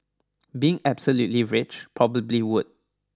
being absolutely rich probably would